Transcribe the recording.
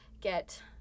get